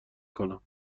کنم